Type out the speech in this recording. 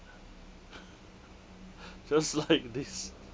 just like this